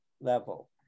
level